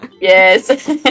Yes